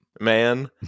man